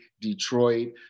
Detroit